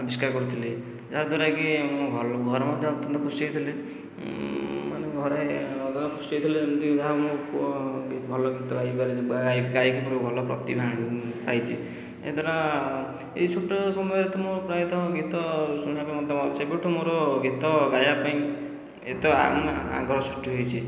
ଆବିଷ୍କାର କରିଥିଲି ଯାହା ଦ୍ଵାରାକି ଘରେ ମଧ୍ୟ ଅତ୍ୟନ୍ତ ଖୁସି ହୋଇଥିଲେ ମାନେ ଘରେ ଅଧିକ ଖୁସି ହୋଇଥିଲେ ଏମିତି ଯାହା ହେଉ ମୋ ପୁଅ ଭଲ ଗୀତ ଗାଇପାରି ଗାଇକି ଭଲ ପ୍ରତିଭା ଆଣିବ ମୁଁ ପାଇଛି ଏହାଦ୍ୱାରା ଏହି ଛୋଟ ସମୟରେ ତ ମୁଁ ପ୍ରାୟତଃ ଗୀତ ଶୁଣିବା ପାଇଁ ମୋତେ ସେବେଠୁ ମୋର ଗୀତ ଗାଇବା ପାଇଁ ଏତେ ଆଗ୍ରହ ସୃଷ୍ଟି ହୋଇଛି